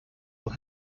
will